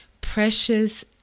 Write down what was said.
precious